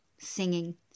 singing